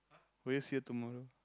will you see her tomorrow